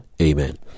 Amen